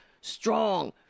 strong